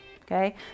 Okay